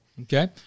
Okay